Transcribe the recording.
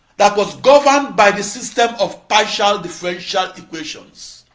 that was governed by the system of partial differential equations.